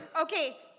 Okay